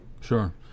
Sure